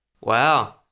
Wow